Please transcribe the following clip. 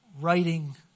writing